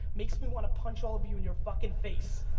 makes me want to punch all of you in your fucking face.